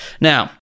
Now